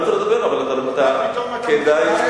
על זה אני רוצה לדבר, כדאי שתקשיב.